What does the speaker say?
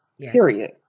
period